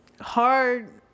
hard